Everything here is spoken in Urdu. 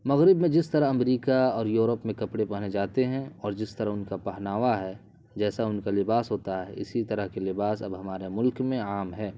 مغرب میں جس طرح امریکہ اور یورپ میں کپڑے پہنے جاتے ہیں اور جس طرح ان کا پہناوا ہے جیسا ان کا لباس ہوتا ہے اسی طرح کے لباس اب ہمارے ملک میں عام ہیں